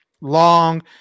long